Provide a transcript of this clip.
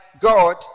God